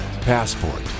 Passport